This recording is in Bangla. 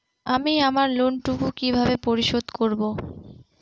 আমি আমার লোন টুকু কিভাবে পরিশোধ করব?